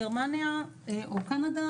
גרמניה או קנדה,